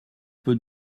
peu